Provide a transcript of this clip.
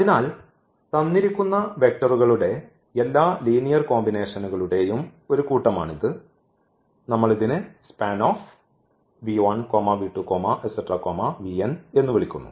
അതിനാൽ തന്നിരിക്കുന്ന വെക്റ്ററുകളുടെ എല്ലാ ലീനിയർ കോമ്പിനേഷനുകളുടെയും ഒരു കൂട്ടമാണിത് നമ്മൾ ഇതിനെ SPAN എന്നു വിളിക്കുന്നു